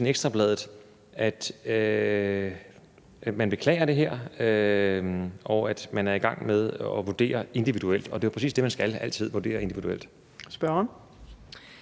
Ekstra Bladet, at man beklager det her, og at man er i gang med at vurdere individuelt. Men det er jo præcis det, man skal: altid vurdere individuelt. Kl.